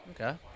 Okay